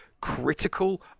critical